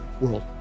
world